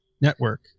network